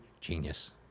genius